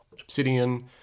Obsidian